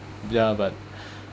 ya but